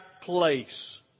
place